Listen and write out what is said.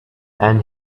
and